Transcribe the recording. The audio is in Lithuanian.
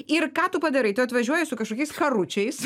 ir ką tu padarai tu atvažiuoji su kažkokiais karučiais